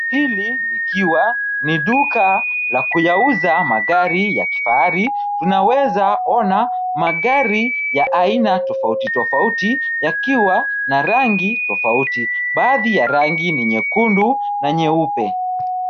Hili likiwa ni duka la kuyauza magari ya kifahari, tunaweza ona magari ya aina tofauti tofauti yakiwa na rangi tofauti. Baadhi ya rangi ni nyekundu na nyeupe.